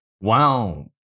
Wow